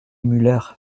muller